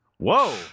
whoa